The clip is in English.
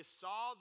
saw